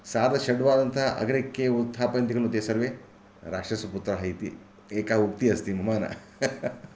सार्धषड्वादनतः अग्रे के उत्थापयन्ति खलु ते सर्वे राक्षसपुत्राः इति एका उक्तिः अस्ति मम न